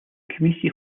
community